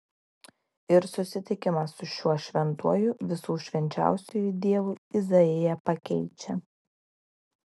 ir susitikimas su šiuo šventuoju visų švenčiausiuoju dievu izaiją pakeičia